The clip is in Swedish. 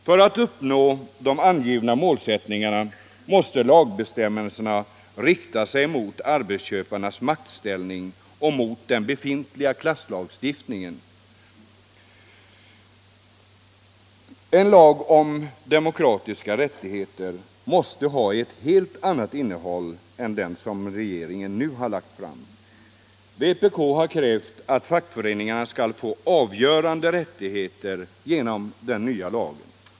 För att uppnå de angivna målen måste lagbestämmelserna rikta sig mot arbetsköparnas maktställning och mot den befintliga klasslagstiftningen. En lag om demokratiska rättigheter måste ha ett annat innehåll än det som regeringen nu föreslagit. Vpk har krävt att fackföreningarna skall få avgörande rättigheter genom den nya lagen.